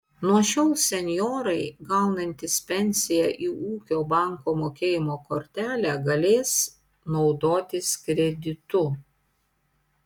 nuo šiol senjorai gaunantys pensiją į ūkio banko mokėjimo kortelę galės naudotis kreditu